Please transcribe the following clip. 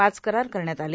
पाच करार करण्यात आले